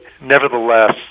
Nevertheless